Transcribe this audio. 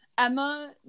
Emma